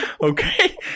Okay